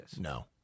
No